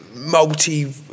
multi